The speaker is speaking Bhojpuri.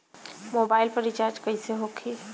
मोबाइल पर रिचार्ज कैसे होखी?